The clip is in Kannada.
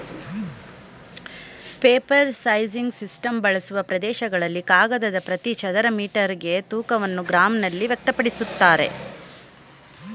ಪೇಪರ್ ಸೈಸಿಂಗ್ ಸಿಸ್ಟಮ್ ಬಳಸುವ ಪ್ರದೇಶಗಳಲ್ಲಿ ಕಾಗದದ ಪ್ರತಿ ಚದರ ಮೀಟರ್ಗೆ ತೂಕವನ್ನು ಗ್ರಾಂನಲ್ಲಿ ವ್ಯಕ್ತಪಡಿಸ್ತಾರೆ